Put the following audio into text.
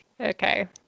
Okay